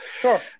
Sure